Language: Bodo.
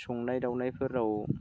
संनाय खावनायफोराव